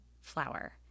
flower